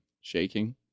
shaking